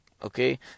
Okay